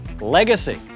legacy